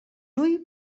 hui